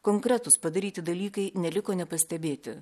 konkretūs padaryti dalykai neliko nepastebėti